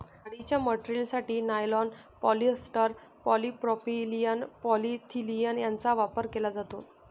जाळीच्या मटेरियलसाठी nylon, polyester, polypropylene, polyethylene यांचा वापर केला जातो